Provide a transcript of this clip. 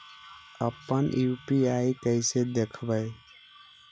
अपन यु.पी.आई कैसे देखबै?